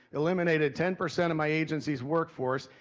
eliminated ten percent of my agency's workforce,